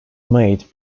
made